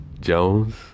Jones